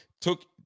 took